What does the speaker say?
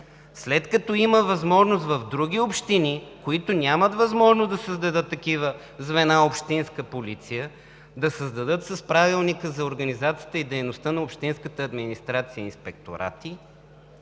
след като има възможност в други общини, които нямат възможност да създадат такива звена за общинска полиция, да създадат с Правилника за организацията и дейността на общинската администрация инспекторати,